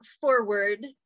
forward